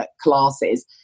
classes